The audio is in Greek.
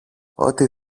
ότι